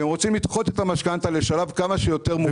והם רוצים לדחות את המשכנתא לשלב כמה שיותר מאוחר.